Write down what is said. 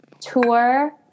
tour